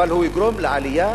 אבל הוא יגרום לעלייה